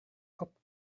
cop